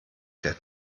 der